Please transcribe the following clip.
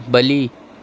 بلی